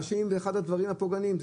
זה אחד הדברים הפוגעניים לאנשים,